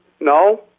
No